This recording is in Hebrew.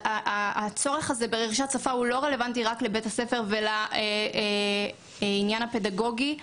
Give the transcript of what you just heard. הצורך הזה לא רלוונטי לבית הספר ולעניין הפדגוגי.